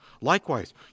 Likewise